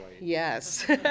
Yes